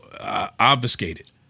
obfuscated